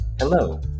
Hello